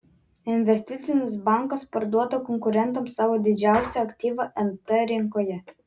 investicinis bankas parduoda konkurentams savo didžiausią aktyvą nt rinkoje